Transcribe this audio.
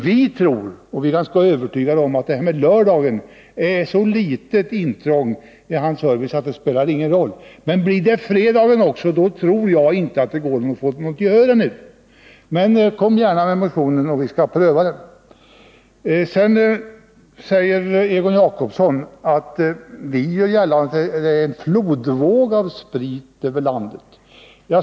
Vi är ganska övertygade om att en lördagsstängning vore ett så litet intrång i hans service att det inte spelar någon roll. Däremot tror jag inte att det går att få gehör för en stängning av systembutikerna även på fredagar. Men kom gärna med motionen, så skall vi pröva den! Egon Jacobsson säger att vi gör gällande att det är en flodvåg av sprit över landet.